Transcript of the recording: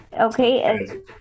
Okay